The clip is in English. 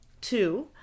two